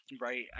right